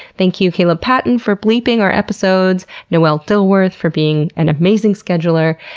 thank you, caleb patton for bleeping our episodes, noel dilworth for being an amazing scheduler,